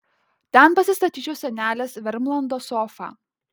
ten pasistatyčiau senelės vermlando sofą